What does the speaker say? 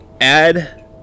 add